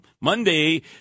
Monday